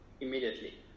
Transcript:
immediately